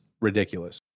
ridiculous